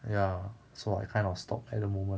ya so I kind of stop at the moment